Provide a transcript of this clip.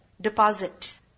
deposit